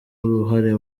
uruhare